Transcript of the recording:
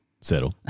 Settle